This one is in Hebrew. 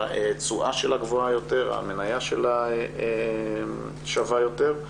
התשואה שלה גבוהה יותר, המניה שלה שווה יותר.